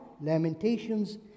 Lamentations